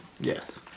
Yes